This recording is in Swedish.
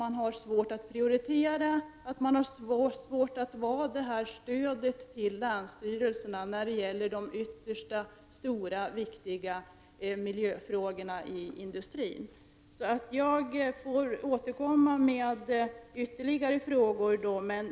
Man har svårt att prioritera, svårt att vara det avsedda stödet för länsstyrelserna i de yttersta, stora, viktiga miljöfrågorna i industrin. Jag får återkomma med ytterligare frågor.